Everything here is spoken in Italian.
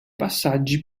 passaggi